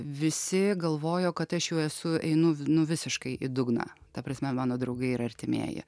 visi galvojo kad aš jau esu einu nu visiškai į dugną ta prasme mano draugai ir artimieji